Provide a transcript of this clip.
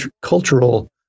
cultural